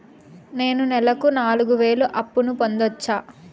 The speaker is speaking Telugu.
నేను నెలకు నాలుగు వేలు అప్పును పొందొచ్చా?